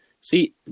See